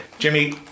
Jimmy